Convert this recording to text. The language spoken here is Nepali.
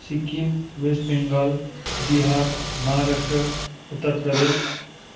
सिक्किम वेस्ट बेङ्गाल बिहार माहाराष्ट्र उत्तरप्रदेश